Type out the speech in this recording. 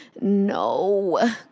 no